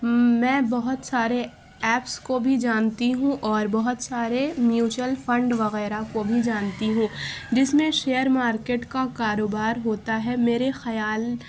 میں بہت سارے ایپس کو بھی جانتی ہوں اور بہت سارے میچوئل فنڈ وغیرہ کو بھی جانتی ہوں جس میں شیئر مارکیٹ کا کاروبار ہوتا ہے میرے خیال